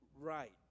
right